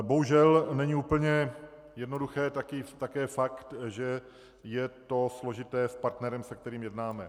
Bohužel není úplně jednoduchý také fakt, že je to složité s partnerem, se kterým jednáme.